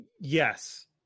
yes